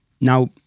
Now